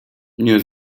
nie